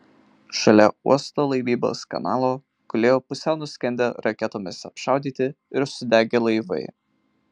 šalia uosto laivybos kanalo gulėjo pusiau nuskendę raketomis apšaudyti ir sudegę laivai